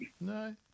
No